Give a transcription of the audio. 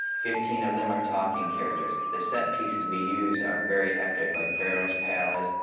fifteen of them are talking characters. the set pieces we use are very epic, like pharaoh's palace.